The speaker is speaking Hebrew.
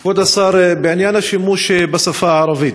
כבוד השר, בעניין השימוש בשפה הערבית: